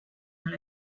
dans